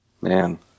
Man